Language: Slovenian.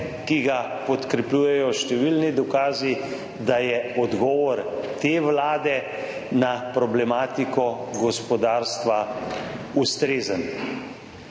ki ga podkrepljujejo številni dokazi, da je odgovor te Vlade na problematiko gospodarstva ustrezen.